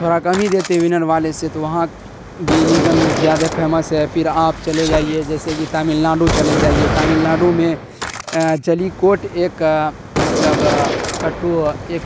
تھوڑا کم ہی دیتے ونر والے سے تو وہاں بھی لیجم زیادہ فیمس ہے پھر آپ چلے جائیے جیسے کہ تامل ناڈو چلے جائیے تامل ناڈو میں جلی کوٹ ایک مطلب کٹوا ایک